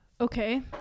Okay